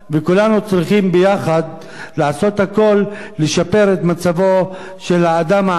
וכולנו צריכים ביחד לעשות הכול לשפר את מצבו של האדם העני